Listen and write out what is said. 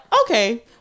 okay